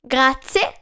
Grazie